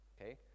okay